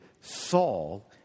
Saul